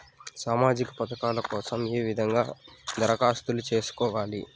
సామాజిక పథకాల కోసం ఏ విధంగా దరఖాస్తు సేసుకోవాలి